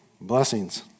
Blessings